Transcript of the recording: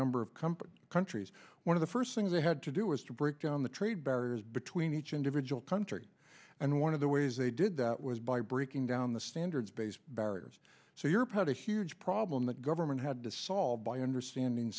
companies countries one of the first thing they had to do was to break down the trade barriers between each individual country and one of the ways they did that was by breaking down the standards based barriers so you're putting a huge problem that government had to solve by understanding